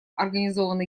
организовано